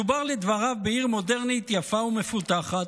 מדובר, לדבריו, בעיר מודרנית, יפה ומפותחת,